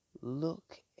look